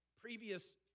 previous